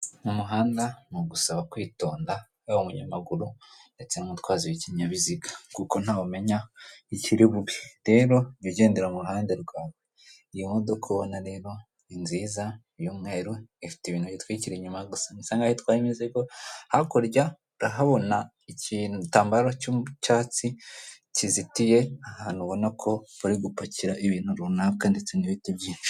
Mu muhanda ni ugusaba kwitonda yaba umunyamaguru ndetse n'umutwazi w'ikinyabiziga kuko ntawe umenya ikiri bube. Rero jya ugendera mu ruhande rwawe iyi modoka ubona reba ni nziza y'umweru ifite ibintu yitwikira inyuma gusa isa nk'aho itwaye imizigo, hakurya urahabona ikintu igitambaro cy'icyatsi kizitiye ahantu ubona ko bari gupakira ibintu runaka ndetse n'ibiti byinshi.